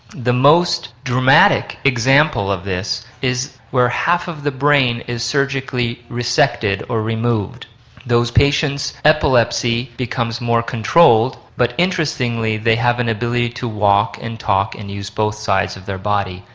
the most dramatic example of this is where half of the brain is surgically resected, or removed. in those patients epilepsy becomes more controlled, but interestingly they have an ability to walk and talk and use both sides of their body,